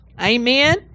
Amen